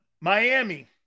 Miami